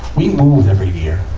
we moved every year.